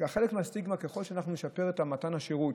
ככל שאנחנו נשפר את השירות